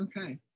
Okay